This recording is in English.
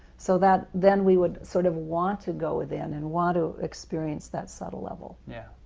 so that then we would sort of want to go within and want to experience that subtle level. yeah